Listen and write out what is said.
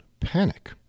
panic